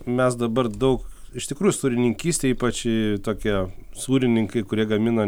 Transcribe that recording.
mes dabar daug iš tikrųjų sūrininkystė ypač tokia sūrininkai kurie gamina